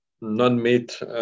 non-meat